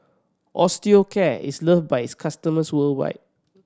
Osteocare is loved by its customers worldwide